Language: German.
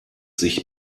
sich